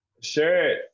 Sure